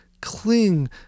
cling